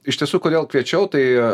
iš tiesų kodėl kviečiau tai